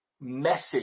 message